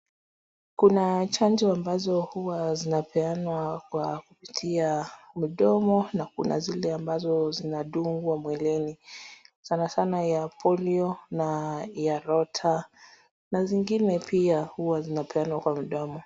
Kuna chanjo ambazo huwa zinapeanwa kwa kupitia mdomo, na kuna zile ambazo zinadungwa mwilini. Sana sana ya polio na ya Rota na zingine pia huwa zinapeanwa kwa mdomo.